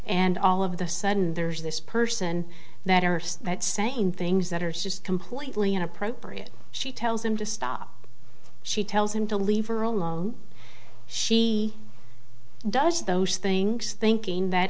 and all of the sudden there's this person that are that sane things that are says completely inappropriate she tells them to stop she tells him to leave her alone she does those things thinking that